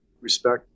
respect